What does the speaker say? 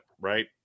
Right